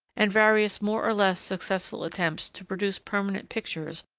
and various more or less successful attempts to produce permanent pictures,